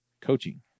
coaching